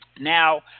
Now